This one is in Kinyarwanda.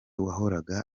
wahoraga